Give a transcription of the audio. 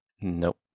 Nope